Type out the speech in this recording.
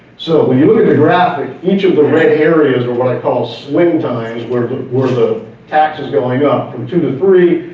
so when you look at the graphic, each of the red areas are what i call swing times, where the where the tax is going up from two to three,